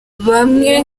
bamwe